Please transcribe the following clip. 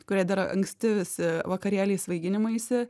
kuriai dar anksti visi vakarėliai svaiginimaisi